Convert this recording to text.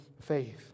faith